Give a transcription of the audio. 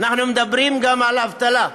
אנחנו מדברים גם על אבטלה.